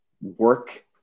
work